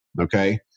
okay